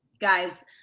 guys